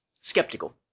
skeptical